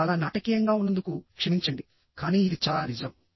చాలా నాటకీయంగా ఉన్నందుకు క్షమించండికానీ ఇది చాలా నిజం